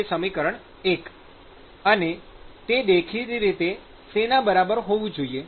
q UAT∞1 -T∞2 ૧ અને તે દેખીતી રીતે શેના બરાબર હોવું જોઈએ